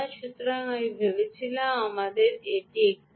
সুতরাং আমি ভেবেছিলাম আমাদের এটি একক ওহ